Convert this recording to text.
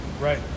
Right